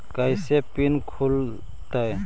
कैसे फिन खुल तय?